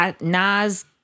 Nas